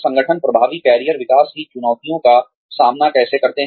संगठन प्रभावी कैरियर विकास की चुनौतियों का सामना कैसे करते हैं